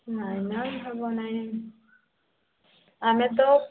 ନାଇଁ ମ୍ୟାମ୍ ହେବ ନାଇଁ ଆମେ ତ